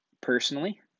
personally